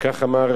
כך אמר